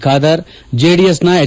ಖಾದರ್ ಜೆಡಿಎಸ್ನ ಎಚ್